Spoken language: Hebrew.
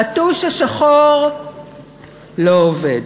הטוש השחור לא עובד,